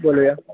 बोलवूया